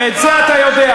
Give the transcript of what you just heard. ואת זה אתה יודע,